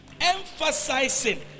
Emphasizing